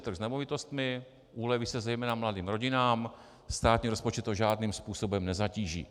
Rozhýbe se trh s nemovitostmi, uleví se zejména mladým rodinám, státní rozpočet to žádný způsobem nezatíží.